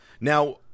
Now